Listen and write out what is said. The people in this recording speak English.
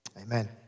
Amen